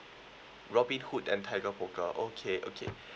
robinhood and tiger broker okay okay